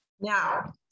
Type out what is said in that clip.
now